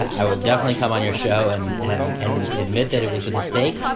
i will definitely come on your show and and and admit that it was a mistake.